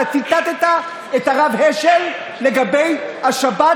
אתה ציטטת את הרב השל לגבי השבת,